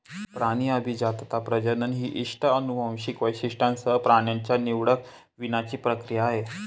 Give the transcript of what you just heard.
प्राणी अभिजातता, प्रजनन ही इष्ट अनुवांशिक वैशिष्ट्यांसह प्राण्यांच्या निवडक वीणाची प्रक्रिया आहे